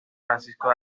francisco